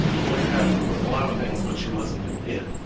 joice heth was a lot of things, but she wasn't an it.